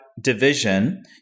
division